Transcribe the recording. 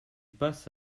passe